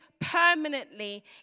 permanently